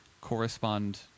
correspond